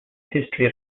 history